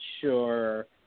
sure